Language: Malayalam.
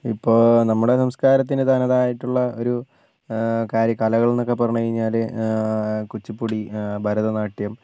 ഇപ്പോൾ നമ്മുടെ സംസ്കാരത്തിന് തനതായിട്ടുള്ള ഒരു കാര്യ കലകൾ എന്ന് ഒക്കെ പറഞ്ഞ് കഴിഞ്ഞാൽ കുച്ചിപ്പുടി ഭരതനാട്യം